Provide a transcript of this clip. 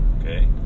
okay